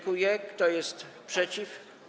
Kto jest przeciw?